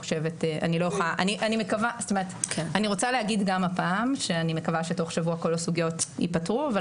אני רוצה לומר גם הפעם שאני מקווה שתוך שבוע כל הסוגיות ייפתרו אבל